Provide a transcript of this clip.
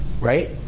right